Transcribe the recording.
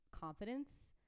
confidence